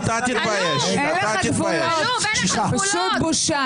הצבעה לא אושרה נפל.